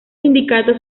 sindicatos